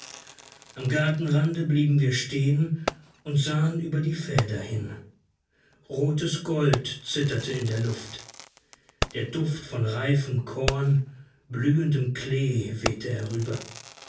am gartenrande blieben wir stehen und sahen über die felder hin rotes gold zitterte in der luft der duft von reifem korn blühendem klee wehte herüber